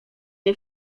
nie